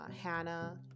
Hannah